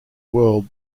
world